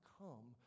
come